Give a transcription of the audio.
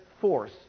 force